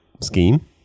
scheme